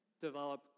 develop